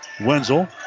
Wenzel